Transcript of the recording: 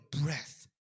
breath